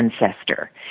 ancestor